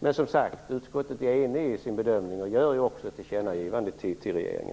Men utskottet är som sagt enigt i sin bedömning här och gör ju också ett tillkännagivande till regeringen.